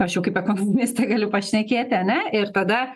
aš jau kaip ekonomistė galiu pašnekėti ane ir tada